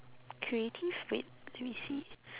creative wait let me see